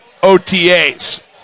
OTAs